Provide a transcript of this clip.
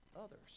others